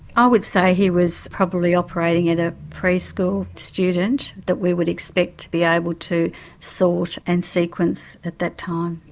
i would say he was probably operating as a preschool student, that we would expect to be able to sort and sequence at that time.